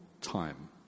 time